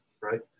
right